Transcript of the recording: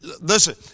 Listen